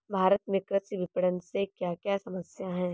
भारत में कृषि विपणन से क्या क्या समस्या हैं?